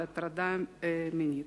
על הטרדה מינית.